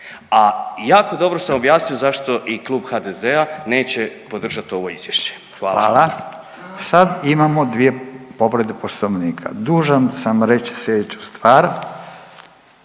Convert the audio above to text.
A jako dobro sam objasnio zašto i Klub HDZ-a neće podržati ovo Izvješće. Hvala. **Radin, Furio (Nezavisni)** Sad imamo 2 povrede Poslovnika. Dužan sam reći sljedeću stvar.